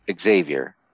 Xavier